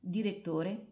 Direttore